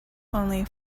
only